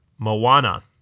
Moana